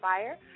Fire